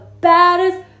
baddest